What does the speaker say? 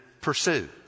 pursue